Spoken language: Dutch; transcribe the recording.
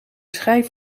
schijf